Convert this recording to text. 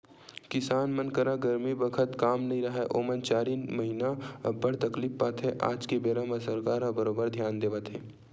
किसान मन करा गरमी बखत काम नइ राहय ओमन चारिन महिना अब्बड़ तकलीफ पाथे आज के बेरा म सरकार ह बरोबर धियान देवत हे